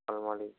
আলমারি